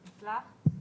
איפה נמצאים